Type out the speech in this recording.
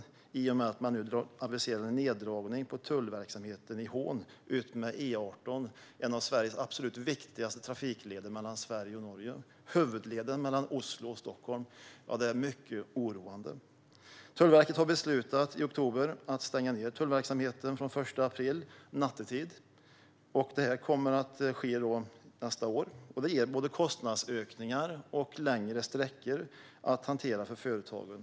Det är det som sker i och med att man nu aviserar en neddragning på tullverksamheten i Hån utmed E18, som är en av Sveriges absolut viktigaste trafikleder mellan Sverige och Norge, huvudleden mellan Oslo och Stockholm. Tullverket beslutade i oktober att stänga ned tullverksamheten i Hån nattetid från den 1 april nästa år. Det ger både kostnadsökningar och längre sträckor att hantera för företagen.